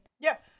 yes